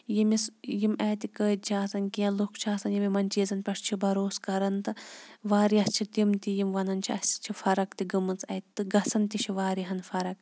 ییٚمِس یِم اعتِقٲدۍ چھِ آسان کیٚنٛہہ لُکھ چھِ آسان یِم یِمَن چیٖزَن پٮ۪ٹھ چھِ بَروسہٕ کَران تہٕ واریاہ چھِ تِم تہِ یِم وَنان چھِ اَسہِ چھِ فرق تہِ گٔمٕژ اَتہِ تہٕ گژھان تہِ چھِ واریاہَن فرق